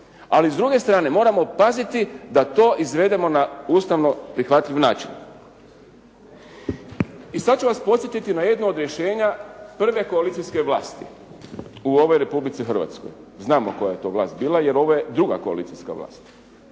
Ali s druge strane moramo paziti da to izvedemo na ustavno prihvatljiv način. I sada ću vas podsjetiti na jedno od rješenja prve koalicijske vlasti u ovoj Republici Hrvatskoj. Znamo koja je to vlast bila jer ovo je druga koalicijska vlast.